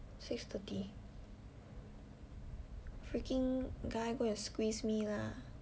six thirty freaking guy go and squeeze me lah